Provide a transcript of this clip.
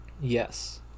Yes